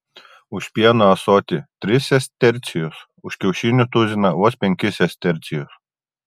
už pieno ąsotį tris sestercijus už kiaušinių tuziną vos penkis sestercijus